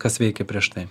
kas veikė prieš tai